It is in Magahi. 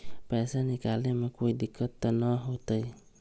पैसा निकाले में कोई दिक्कत त न होतई?